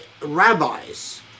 rabbis